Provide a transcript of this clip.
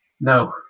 No